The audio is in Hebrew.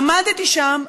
עמדתי שם,